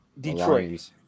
Detroit